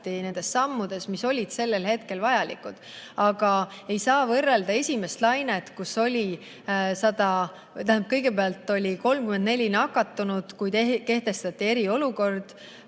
nendes sammudes, mis olid sellel hetkel vajalikud. Aga ei saa võrrelda esimest lainet, kus oli kõigepealt 34 nakatunut, kui kehtestati eriolukord,